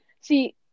See